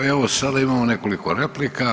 Evo sada imamo nekoliko replika.